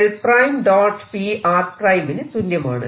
Prʹ ന് തുല്യമാണ്